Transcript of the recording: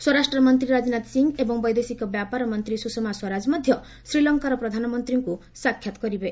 ସ୍ୱରାଷ୍ଟ୍ରମନ୍ତ୍ରୀ ରାଜନାଥ ସିଂ ଏବଂ ବୈଦେଶିକ ବ୍ୟାପାର ମନ୍ତ୍ରୀ ସୁଷମା ସ୍ୱରାକ ମଧ୍ୟ ଶ୍ରୀଲଙ୍କାର ପ୍ରଧାନମନ୍ତ୍ରୀଙ୍କୁ ସାକ୍ଷାତ କରିବେ